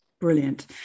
Brilliant